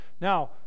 Now